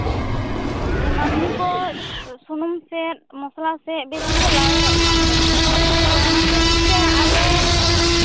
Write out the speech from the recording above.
ᱢᱟᱹᱱᱢᱤ ᱠᱚ ᱥᱩᱱᱩᱢ ᱥᱮᱜ ᱢᱚᱥᱞᱟ ᱥᱮᱜ ᱵᱮᱥᱤ ᱠᱚ ᱞᱟᱣᱮᱨᱚᱜ ᱠᱟᱱ ᱛᱟᱵᱳᱱᱟ ᱛᱳ ᱚᱱᱟ ᱠᱷᱟᱹᱛᱤᱨᱛᱮ ᱟᱞᱮ